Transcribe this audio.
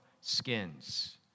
skins